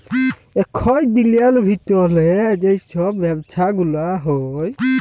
একই দিলের ভিতর যেই সব ব্যবসা গুলা হউ